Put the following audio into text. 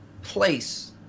place